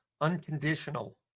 unconditional